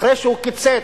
אחרי שהוא קיצץ